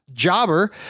Jobber